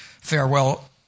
farewell